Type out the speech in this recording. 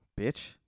Bitch